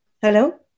Hello